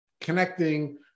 connecting